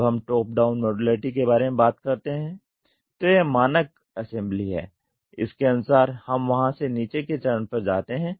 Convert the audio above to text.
जब हम top down modularity के बारे में बात करते हैं तो यह मानक असेंबली है इसके अनुसार हम वहां से नीचे के चरण पर जाते है